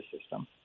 system